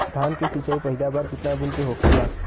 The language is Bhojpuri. धान के सिचाई पहिला बार कितना दिन पे होखेला?